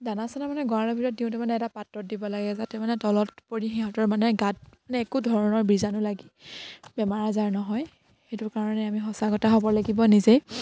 দানা চানা মানে গঁৰালৰ ভিতৰত দিওঁতে মানে এটা পাত্ৰত দিব লাগে যাতে মানে তলত পৰি সিহঁতৰ মানে গাত মানে একো ধৰণৰ বীজাণু লাগি বেমাৰ আজাৰ নহয় সেইটো কাৰণে আমি সজাগতা হ'ব লাগিব নিজেই